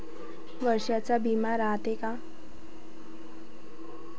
वर्षाचा बिमा रायते का?